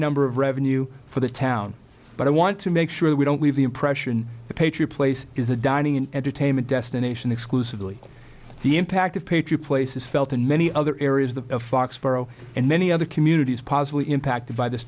number of revenue for the town but i want to make sure we don't leave the impression the patriot place is a dining and entertainment destination exclusively the impact of patriot place is felt in many other areas the foxboro and many other communities possibly impacted by this